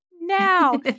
now